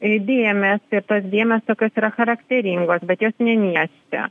dėmės ir tos dėmės tokios yra charakteringos bet jos neniežti